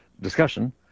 discussion